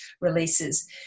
releases